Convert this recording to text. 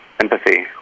empathy